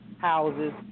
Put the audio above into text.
houses